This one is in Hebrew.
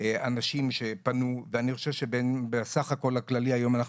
אנשים שפנו ואני חושב שבסך הכל הכללי היום אנחנו